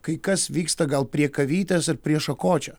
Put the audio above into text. kai kas vyksta gal prie kavytės ar prie šakočio